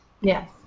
Yes